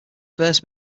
verse